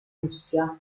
russia